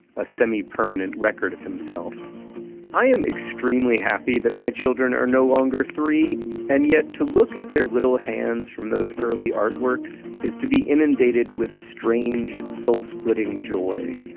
a semi-permanent record of himself i am extremely happy that my children are no longer three and yet to look at their little hands from those early artworks is to be inundated with a strange, soul-splitting joy.